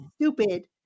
stupid